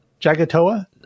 Jagatoa